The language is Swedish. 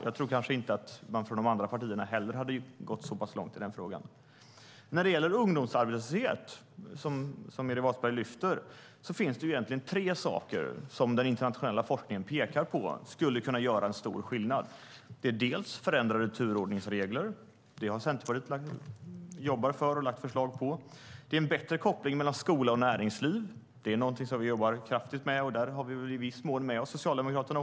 Jag tror inte att de andra partierna heller hade gått så pass långt i denna fråga. När det gäller frågan om ungdomsarbetslöshet, som Meeri Wasberg lyfter fram, finns det egentligen tre saker som den internationella forskningen pekar på skulle kunna göra stor skillnad. Det är förändrade turordningsregler. Det jobbar Centerpartiet för och har lagt förslag om. Det är en bättre koppling mellan skola och näringsliv. Det är något som vi jobbar mycket med. Där har vi i viss mån med oss Socialdemokraterna.